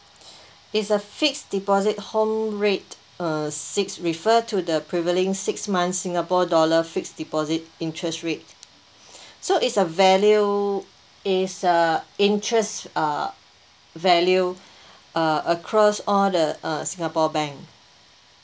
it's a fixed deposit whole rate uh six refer to the prevailing six months singapore dollar fixed deposit interest rate so it's a value it's a interest uh value uh across on the uh singapore bank